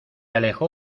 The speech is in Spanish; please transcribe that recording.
alejó